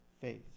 faith